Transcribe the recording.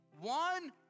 one